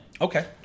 Okay